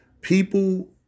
people